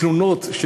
תלונות.